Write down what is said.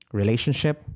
relationship